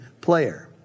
player